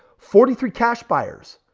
forty three cash buyers.